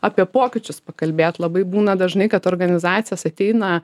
apie pokyčius pakalbėt labai būna dažnai kad organizacijas ateina